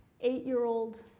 eight-year-old